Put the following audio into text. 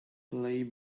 play